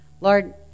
Lord